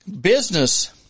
Business